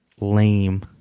lame